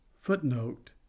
Footnote